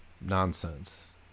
nonsense